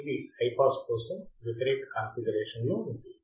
ఇది high pass కోసం వ్యతిరేక కాన్ఫిగరేషన్లో ఉంది